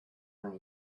from